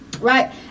Right